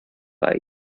bei